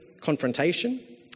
confrontation